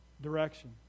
Direction